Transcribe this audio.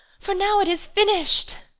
for now it is finished!